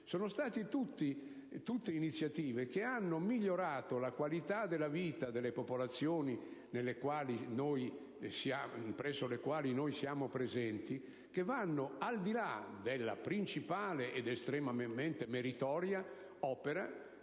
medicinali. Tutte iniziative che hanno migliorato la qualità della vita delle popolazioni presso le quali noi siamo presenti, che vanno al di là della principale - ed estremamente meritoria - opera